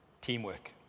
teamwork